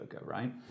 right